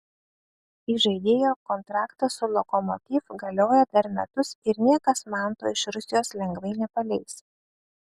įžaidėjo kontraktas su lokomotiv galioja dar metus ir niekas manto iš rusijos lengvai nepaleis